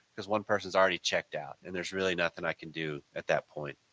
because one person has already checked out and there is really nothing i can do at that point.